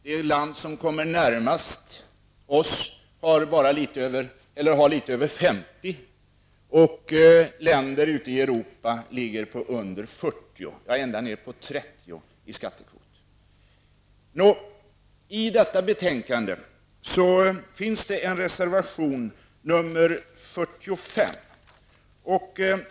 Det land som kommer närmast oss har lite över 50 %, och länder ute i Europa ligger under 40, ja, ända ner till 30 i skattekvot. I detta betänkande finns en reservation 45.